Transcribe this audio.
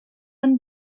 one